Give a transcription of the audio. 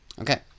Okay